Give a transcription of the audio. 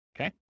Okay